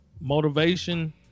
Motivation